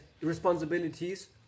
Responsibilities